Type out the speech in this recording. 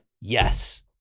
yes